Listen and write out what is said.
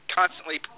constantly